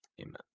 Amen